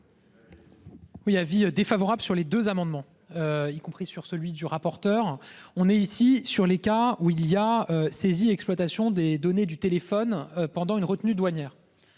Oui, avis défavorable sur les deux amendements. Y compris sur celui du rapporteur. On est ici sur les cas où il y a saisi exploitation des données du téléphone pendant une retenue douanière.